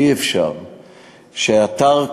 אי-אפשר שאתר קדוש,